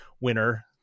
winner